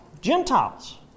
Gentiles